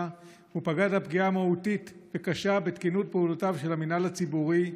ופגעת פגיעה מהותית וקשה בתקינות פעולותיו של המנהל הציבורי,